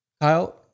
Kyle